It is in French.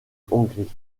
hongrie